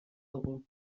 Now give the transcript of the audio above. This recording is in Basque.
dugu